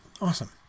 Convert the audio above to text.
Awesome